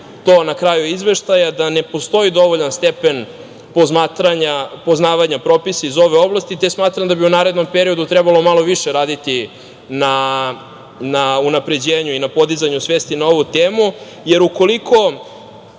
na kraju izveštaja, da ne postoji dovoljan stepen poznavanja propisa iz ove oblasti, te smatram da bi u narednom periodu trebalo malo više raditi na unapređenju i na podizanju svesti na ovu temu, jer ukoliko